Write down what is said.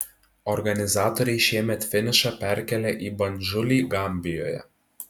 organizatoriai šiemet finišą perkėlė į bandžulį gambijoje